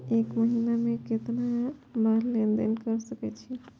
एक महीना में केतना बार लेन देन कर सके छी?